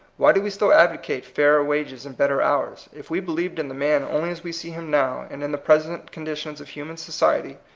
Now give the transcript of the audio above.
why do we still advocate fairer wages and better hours? if we believed in the man only as we see him now, and in the present conditions of human society,